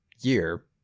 year